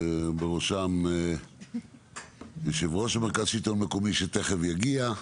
בראשם יושב-ראש מרכז שלטון מקומי שתיכף יגיע,